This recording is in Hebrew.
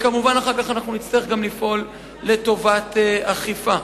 כמובן, אחר כך נצטרך להמשיך ולפעול לטובת אכיפה.